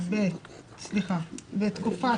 בתקופת